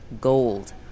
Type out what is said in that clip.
Gold